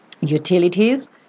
utilities